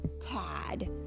Tad